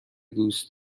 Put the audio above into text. دوست